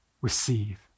receive